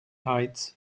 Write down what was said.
heights